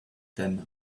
then